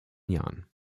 jahren